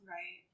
Right